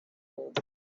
gold